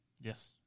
Yes